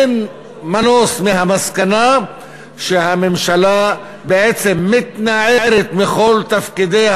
אין מנוס מהמסקנה שהממשלה בעצם מתנערת מכל תפקידיה